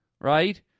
right